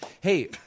hey